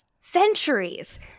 centuries